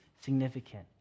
significant